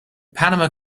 panama